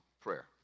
prayer